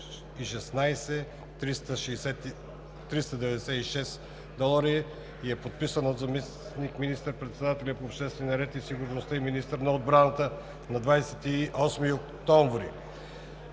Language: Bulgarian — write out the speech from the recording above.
е подписан от заместник министър-председателя по обществения ред и сигурността и министър на отбраната на 28 октомври